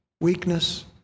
weakness